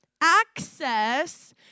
access